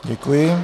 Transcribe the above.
Děkuji.